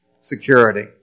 security